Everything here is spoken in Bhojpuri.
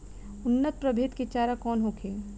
उन्नत प्रभेद के चारा कौन होखे?